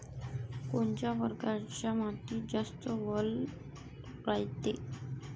कोनच्या परकारच्या मातीत जास्त वल रायते?